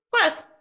Plus